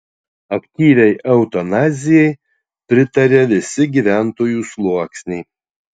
aktyviai eutanazijai pritaria visi gyventojų sluoksniai